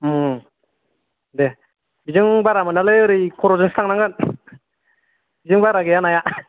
दे बेजों बारा मोनालै एरै खर'जोंसोसो थांनांगोन एजों बारा गैया नाया